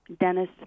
Dennis